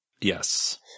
Yes